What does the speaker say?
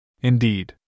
Indeed